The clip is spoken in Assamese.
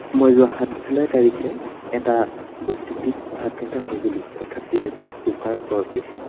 মই যোৱা সাত জুলাই তাৰিখে এটা বৈদ্যুতিক ভাত ৰন্ধা সঁজুলি অৰ্থাৎ ইলেক্ট্ৰিক কুকাৰ ক্ৰয় কৰিছিলোঁ